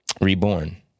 reborn